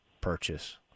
purchase